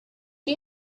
you